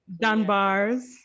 Dunbar's